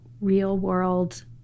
real-world